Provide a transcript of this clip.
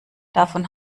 davon